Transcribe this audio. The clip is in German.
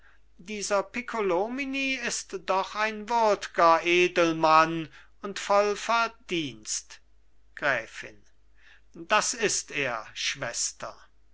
dieser piccolomini ist doch ein würdger edelmann und voll verdienst gräfin das ist er schwester